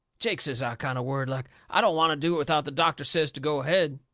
jake, says i, kind of worried like, i don't want to do it without that doctor says to go ahead.